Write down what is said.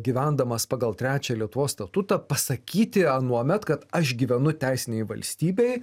gyvendamas pagal trečią lietuvos statutą pasakyti anuomet kad aš gyvenu teisinėj valstybėj